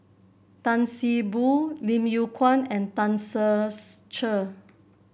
Tan See Boo Lim Yew Kuan and Tan Ser Cher